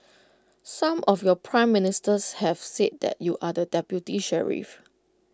some of your Prime Ministers have said that you are the deputy sheriff